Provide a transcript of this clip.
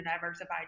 diversify